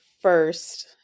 first